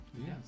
Yes